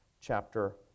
chapter